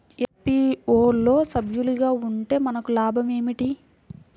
FPO లో సభ్యులుగా ఉంటే మనకు లాభం ఏమిటి?